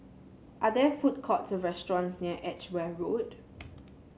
are there food courts or restaurants near Edgware Road